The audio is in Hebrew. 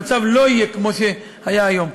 המצב לא יהיה כמו שהיה היום.